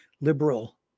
liberal